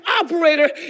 operator